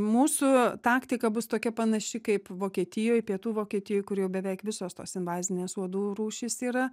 mūsų taktika bus tokia panaši kaip vokietijoj pietų vokietijoj kur jau beveik visos tos invazinės uodų rūšys yra